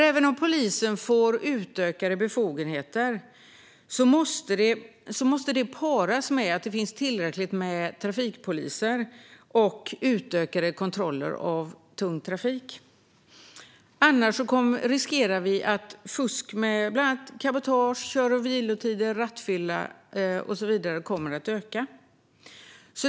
Även om polisen får ökade befogenheter måste det paras med att det finns tillräckligt med trafikpoliser och utökade kontroller av tung trafik. Annars riskerar vi att fusk med bland annat cabotage, kör och vilotider och rattfylleri kommer att öka.